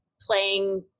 playing